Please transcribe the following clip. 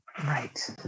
Right